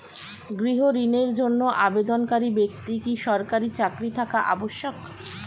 গৃহ ঋণের জন্য আবেদনকারী ব্যক্তি কি সরকারি চাকরি থাকা আবশ্যক?